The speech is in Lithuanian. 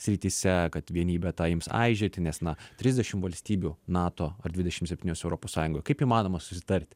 srityse kad vienybė ta ims aižėti nes na trisdešim valstybių nato ar dvidešim septynios europos sąjungoj kaip įmanoma susitarti